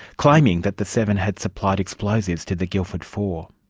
claiming that the seven had supplied explosives to the guildford four.